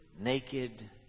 naked